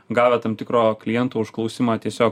gavę tam tikro kliento užklausimą tiesiog